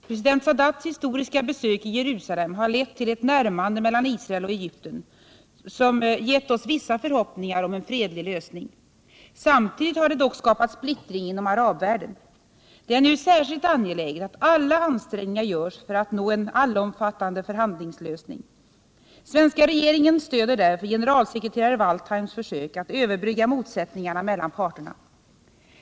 President Sadats historiska besök i Jerusalem har lett till ett närmande mellan Israel och Egypten som givit oss vissa förhoppningar om en fredlig lösning. Samtidigt har det dock skapat splittring inom arabvärlden. Det är nu särskilt angeläget att alla ansträngningar görs för att nå en allomfattande förhandlingslösning. Svenska regeringen stöder därför generalsekreterare Waldheims försök att överbrygga motsättningarna mellan parterna.